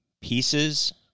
pieces